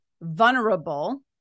vulnerable